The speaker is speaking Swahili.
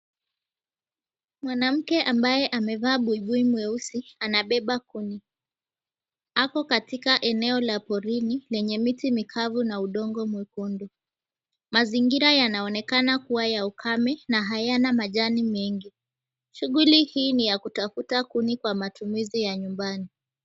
Mwanamke ambaye amevaa buibui mweusi, anabeba kuni. Ako katika eneo la pori lenye miti mikavu na udongo mwekundu. Mazingira yanaonekana kuwa ya ukame na hayana majani mengi. Shughuli hii ni ya kutafuta kuni kwa matumizi ya nyumbani.